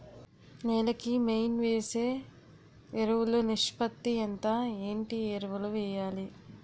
నేల కి మెయిన్ వేసే ఎరువులు నిష్పత్తి ఎంత? ఏంటి ఎరువుల వేయాలి?